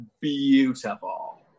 beautiful